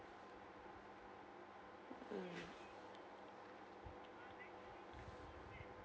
mm